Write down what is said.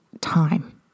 time